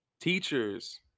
teachers